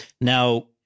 Now